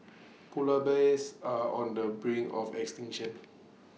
Polar Bears are on the brink of extinction